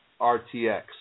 RTX